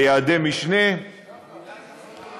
ליעדי משנה, הכרעה.